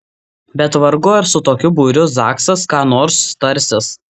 bet vargu ar su tokiu būriu zaksas ką nors tarsis